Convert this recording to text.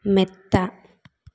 മെത്ത